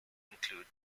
include